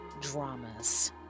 dramas